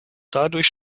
dadurch